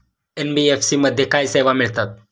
NBFC मध्ये काय सेवा मिळतात?